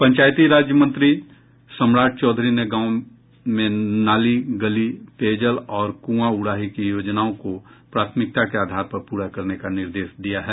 पंचायती राज मंत्री सम्राट चौधरी ने गांव में नाली गली पेयजल और क्आं उड़ाही की योजनाओं को प्राथमिकता के आधार पर पूरा करने का निर्देश दिया है